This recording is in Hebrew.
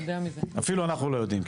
אפילו אנחנו לא יודעים.